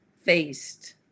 faced